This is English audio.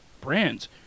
brands